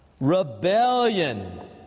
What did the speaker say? rebellion